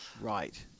Right